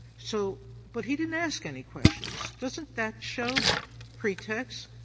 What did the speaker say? so but he didn't ask any questions. doesn't that show pretext?